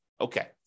okay